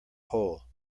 hole